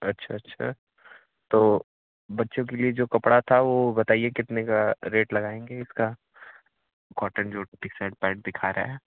अच्छा अच्छा तो बच्चों के लिए जो कपड़ा था वह बताइए कितने का रेट लगाएँगे इसका कॉटन जो डिसेंट पार्ट दिखा रहा है